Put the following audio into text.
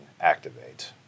activate